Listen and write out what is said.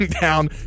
down